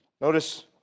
Notice